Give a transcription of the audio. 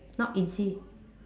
not easy